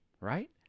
right